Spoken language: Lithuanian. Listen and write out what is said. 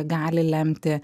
gali lemti